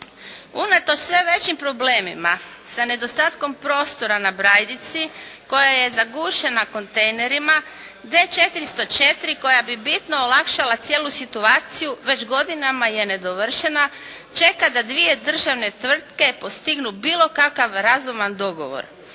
Unatoč sve većim problemima sa nedostatkom prostora na Brajdici koja je zagušena kontejnerima D-404 koja bi bitno olakšala cijelu situaciju već godinama je nedovršena. Čeka da dvije državne tvrtke postignu bilo kakav razuman dogovor.